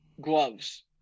gloves